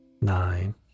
nine